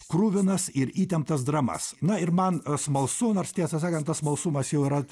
kruvinas ir įtemptas dramas na ir man smalsu nors tiesą sakant tas smalsumas jau yra